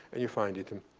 and you find it. and